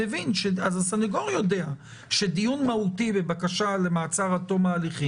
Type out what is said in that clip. אז מקובל עלינו להוסיף גם דיון בעניינו של עצור או אסיר שהוא קטין,